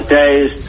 days